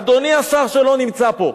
אדוני השר שלא נמצא פה,